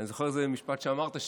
אני זוכר איזה משפט שאמרת,